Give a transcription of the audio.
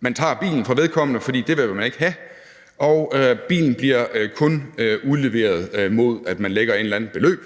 man tager bilen fra vedkommende, fordi man ikke vil have det, og bilen kun bliver udleveret, mod at man lægger et eller andet beløb.